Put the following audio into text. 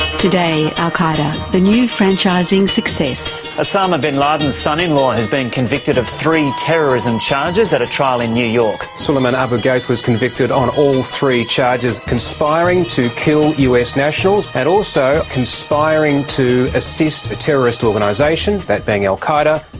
today, al qaeda the new franchising success. osama bin laden's son-in-law has been convicted of three terrorism charges at a trial in new york. sulaiman abu ghaith was convicted on all three charges conspiring to kill us nationals, and also conspiring to assist a terrorist organisation, that being al qaeda.